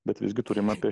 bet visgi turim apie